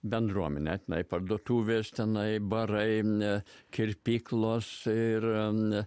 bendruomenė tenai parduotuvės tenai barai ne kirpyklos ir